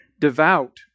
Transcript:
Devout